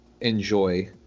enjoy